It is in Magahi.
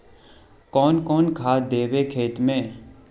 कौन कौन खाद देवे खेत में?